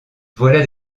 voilà